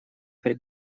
при